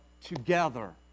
together